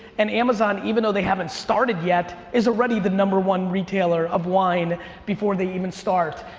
and amazon, even though they haven't started yet, is already the number one retailer of wine before they even start.